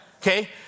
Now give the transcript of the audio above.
Okay